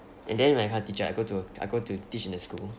and then when I become a teacher I go to I go to teach in the school